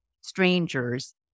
strangers